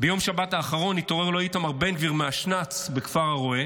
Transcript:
ביום שבת האחרון התעורר לו איתמר בן גביר מהשנ"צ בכפר הרא"ה,